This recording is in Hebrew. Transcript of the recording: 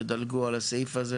תדלגו על הסעיף הזה.